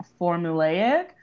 formulaic